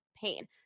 pain